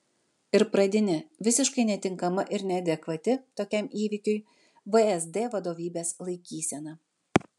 ir pradinė visiškai netinkama ir neadekvati tokiam įvykiui vsd vadovybės laikysena